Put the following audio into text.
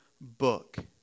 book